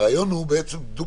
הרעיון הוא דו-כיווני,